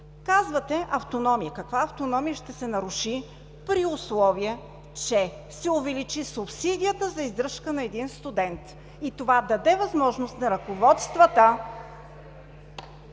Казвате автономия. Каква автономия ще се наруши, при условие че се увеличи субсидията за издръжка на един студент и това даде възможност на ръководствата